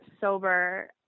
sober